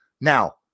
Now